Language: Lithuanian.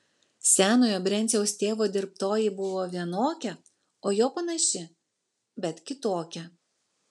senojo brenciaus tėvo dirbtoji buvo vienokia o jo panaši bet kitokia